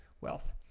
wealth